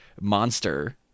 monster